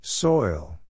Soil